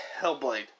Hellblade